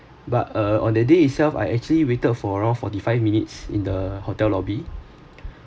but uh on that day itself I actually waited for around forty five minutes in the hotel lobby